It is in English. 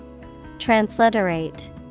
Transliterate